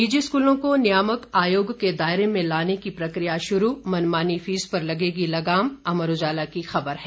निजी स्कूलों को नियामक आयोग के दायरे में लाने की प्रक्रिया शुरू मनमानी फीस पर लगेगी लगाम अमर उजाला की खबर है